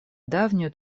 давнюю